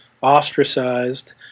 ostracized